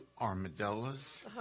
Armadillos